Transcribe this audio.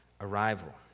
arrival